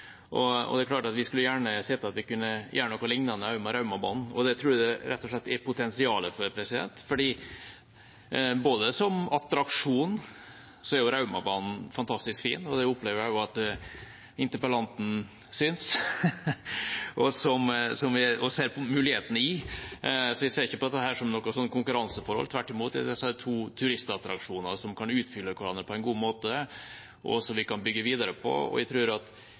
et turistperspektiv. Det er klart at vi skulle gjerne sett at vi kunne gjøre noe lignende også med Raumabanen. Det tror jeg det rett og slett er potensial for, for som attraksjon er Raumabanen fantastisk fin. Det opplever jeg også at interpellanten synes, og ser mulighetene i. Så jeg ser ikke på dette som noe konkurranseforhold. Tvert imot er disse to turistattraksjoner som kan utfylle hverandre på en god måte, og som vi kan bygge videre på. Jeg tror at